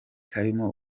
karimo